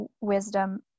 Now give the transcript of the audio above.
wisdom